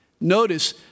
Notice